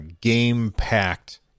game-packed